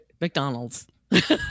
McDonald's